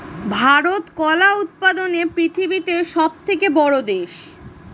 ভারত কলা উৎপাদনে পৃথিবীতে সবথেকে বড়ো দেশ